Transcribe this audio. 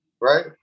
right